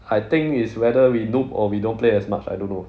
I think it's whether we noob or we don't play as much I don't know